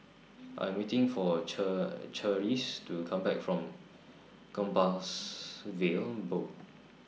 I'm waiting For Cheer Cherise to Come Back from Compassvale Bow